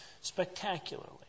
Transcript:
spectacularly